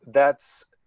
that's